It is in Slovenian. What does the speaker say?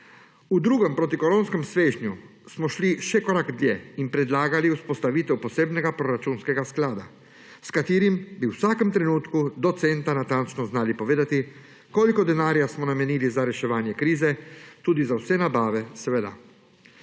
V drugem protikoronskem svežnju smo šli še korak dlje in predlagali vzpostavitev posebnega proračunskega sklada, s katerim bi v vsakem trenutku do centa natančno znali povedati, koliko denarja smo namenili za reševanje krize, seveda tudi za vse nabave.